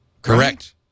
Correct